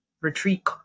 retreat